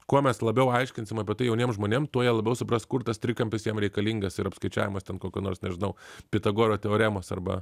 kuo mes labiau aiškinsim apie tai jauniem žmonėm tuo jie labiau supras kur tas trikampis jiem reikalingas ir apskaičiavimas ten kokio nors nežinau pitagoro teoremos arba